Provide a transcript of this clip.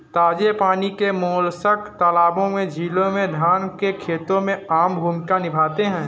ताजे पानी के मोलस्क तालाबों, झीलों, धान के खेतों में आम भूमिका निभाते हैं